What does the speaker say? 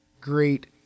great